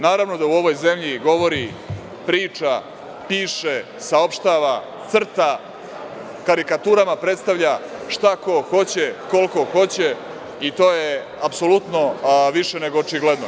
Naravno da u ovoj zemlji govori, priča, piše, saopštava, crta, karikaturama predstavlja šta ko hoće, koliko hoće, i to je apsolutno više nego očigledno.